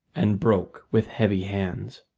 and broke with heavy hands,